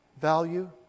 value